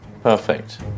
Perfect